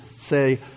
say